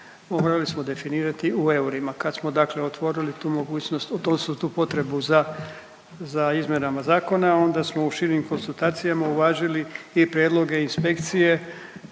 morali smo definirati u eurima. Kad smo dakle otvorili tu mogućnost odnosno tu potrebu za, za izmjenama zakona onda smo u širim konstatacijama uvažili i prijedloge inspekcije